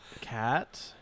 Cat